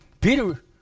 Peter